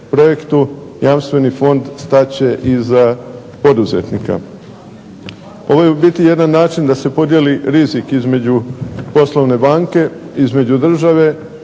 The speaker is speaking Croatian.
projektu Jamstveni fond stat će iza poduzetnika. Ovo je u biti jedan način da se podijeli rizik između poslovne banke, između države